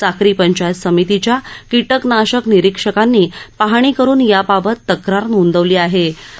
साक्री पंचायत समितीच्या कीटकनाशक निरीक्षकांनी पाहणी करुन याबाबत तक्रार नोंदवली होती